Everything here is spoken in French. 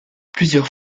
plusieurs